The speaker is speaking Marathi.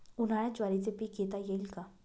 उन्हाळ्यात ज्वारीचे पीक घेता येईल का?